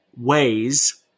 ways